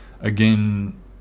Again